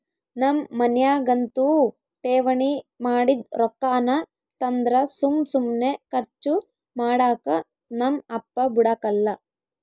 ನಮ್ ಮನ್ಯಾಗಂತೂ ಠೇವಣಿ ಮಾಡಿದ್ ರೊಕ್ಕಾನ ತಂದ್ರ ಸುಮ್ ಸುಮ್ನೆ ಕರ್ಚು ಮಾಡಾಕ ನಮ್ ಅಪ್ಪ ಬುಡಕಲ್ಲ